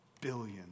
billion